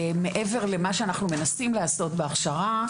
מעבר למה שאנחנו מנסים לעשות בהכשרה,